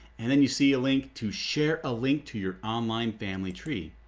and then you see a link to share a link to your online family tree.